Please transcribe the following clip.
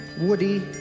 Woody